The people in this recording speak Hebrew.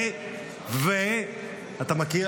ואתה מכיר,